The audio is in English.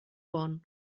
one